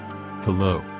Hello